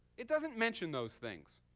it doesn't mention those things.